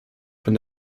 von